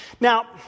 Now